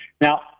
Now